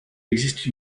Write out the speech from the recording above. existe